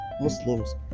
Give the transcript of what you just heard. Muslims